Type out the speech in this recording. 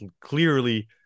clearly